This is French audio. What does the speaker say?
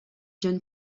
jeune